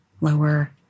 lower